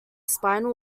spinal